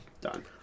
Done